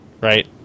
Right